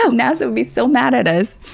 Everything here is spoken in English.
so nasa would be so mad at us,